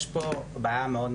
יש פה בעיה מאוד,